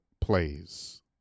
plays